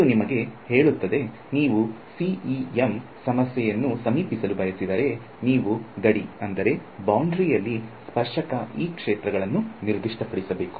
ಇದು ನಿಮಗೆ ಹೇಳುತ್ತದೆ ನೀವು ಸಿಇಎಂ ಸಮಸ್ಯೆಯನ್ನು ಸಮೀಪಿಸಲು ಬಯಸಿದರೆ ನೀವು ಗಡಿ ಯಲ್ಲಿ ಸ್ಪರ್ಶಕ E ಕ್ಷೇತ್ರಗಳನ್ನು ನಿರ್ದಿಷ್ಟಪಡಿಸಬೇಕು